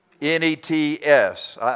Nets